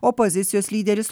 opozicijos lyderis